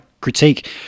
critique